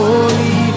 Holy